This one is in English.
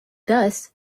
thus